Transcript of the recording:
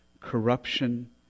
corruption